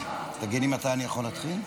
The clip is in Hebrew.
תגיד לי מתי אני יכול להתחיל.